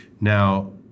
Now